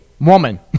woman